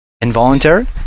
Involuntary